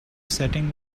setting